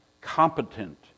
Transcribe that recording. competent